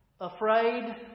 afraid